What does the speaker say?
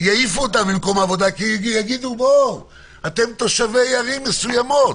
הרי יעיפו אותם ממקום העבודה כי יגידו: אתם תושבי ערים מסוימות.